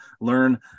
learn